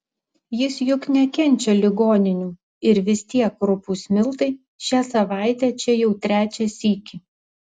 jis juk nekenčia ligoninių ir vis tiek rupūs miltai šią savaitę čia jau trečią sykį